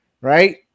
right